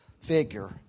figure